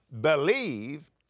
believe